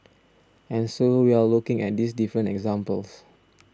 and so we are looking at these different examples